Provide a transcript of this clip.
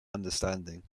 understanding